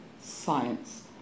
science